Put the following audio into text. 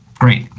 great.